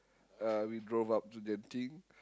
uh we drove up to Genting